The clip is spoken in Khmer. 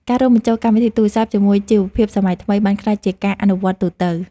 ការរួមបញ្ចូលកម្មវិធីទូរសព្ទជាមួយជីវភាពសម័យថ្មី បានក្លាយជាការអនុវត្តទូទៅ។